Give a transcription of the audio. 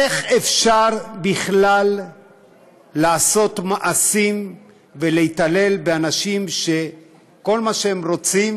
איך אפשר בכלל לעשות מעשים ולהתעלל באנשים שכל מה שהם רוצים